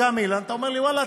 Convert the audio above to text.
וגם אילן: ואללה,